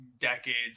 decades